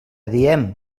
diem